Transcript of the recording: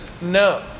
no